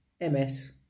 MS